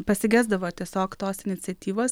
pasigesdavo tiesiog tos iniciatyvos